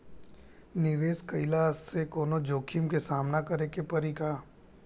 निवेश कईला से कौनो जोखिम के सामना करे क परि का?